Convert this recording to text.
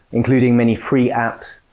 including many free apps.